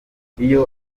iyo